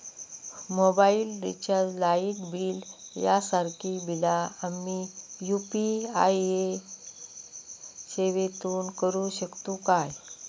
Mobile recharge, light bill यांसारखी बिला आम्ही यू.पी.आय सेवेतून करू शकतू काय?